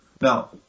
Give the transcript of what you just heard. Now